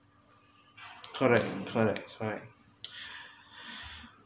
correct correct correct